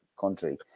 country